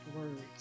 words